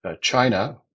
China